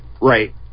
right